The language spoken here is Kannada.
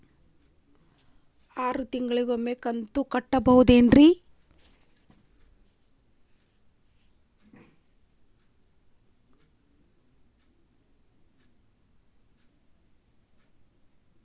ಆರ ತಿಂಗಳಿಗ ಒಂದ್ ಸಲ ಕಂತ ಕಟ್ಟಬಹುದೇನ್ರಿ?